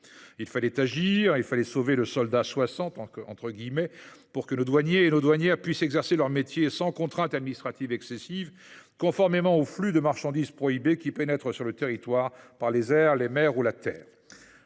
Il fallait agir et sauver le « soldat 60 », si j’ose dire, afin que nos douaniers et nos douanières puissent exercer leur métier sans contraintes administratives excessives pour faire face aux flux de marchandises prohibées qui pénètrent sur le territoire par les airs, les mers ou la terre.